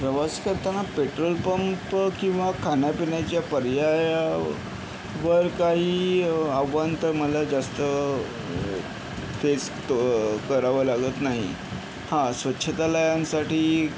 प्रवास करताना petrol pump किंवा खाण्या पिण्याच्या पर्यायावर काही आव्हान तर मला जास्त फेस तर करावं लागत नाही हा स्वच्छतालयांसाठी